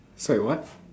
sorry what